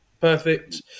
perfect